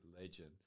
legend